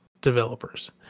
developers